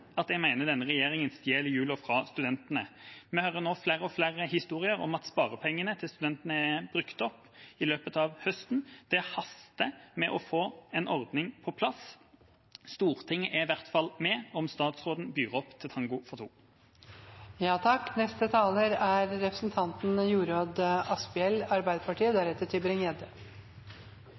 jeg mener denne regjeringen stjeler julen fra studentene. Vi hører nå flere og flere historier om at sparepengene til studentene er brukt opp i løpet av høsten. Det haster å få en ordning på plass. Stortinget er i hvert fall med om statsråden byr opp til tango for to.